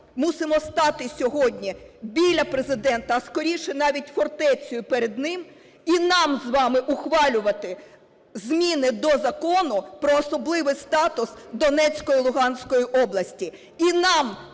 мусимо стати сьогодні біля Президента, а скоріше навіть фортецею перед ним, і нам з вами ухвалювати зміни до Закону про особливий статус Донецької, Луганської області.